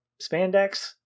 spandex